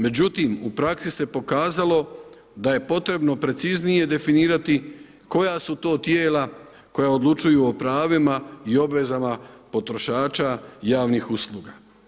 Međutim, u praksi se pokazalo da je potrebno preciznije definirati koja su to tijela koja odlučuju o pravima i obvezama potrošača javnih usluga.